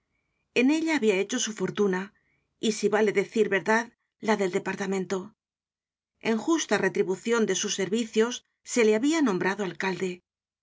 en ellaha bia hecho su fortuna y si vale decir verdad la del departamento en justa retribucion de sus servicios se le habia nombrado alcalde